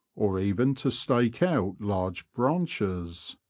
or even to stake out large branches.